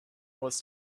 was